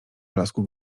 blasku